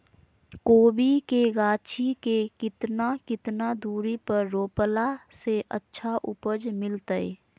कोबी के गाछी के कितना कितना दूरी पर रोपला से अच्छा उपज मिलतैय?